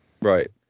Right